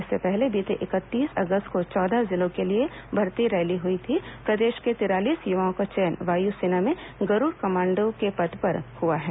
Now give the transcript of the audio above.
इससे पहले बीते इकतीस अगस्त को चौदह जिलों के लिए हुई भर्ती रैली में प्रदेश के तिरालीस युवाओं का चयन वायु सेना में गरूड़ कमांडो के पद पर हुआ है